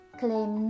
claim